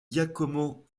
giacomo